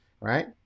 right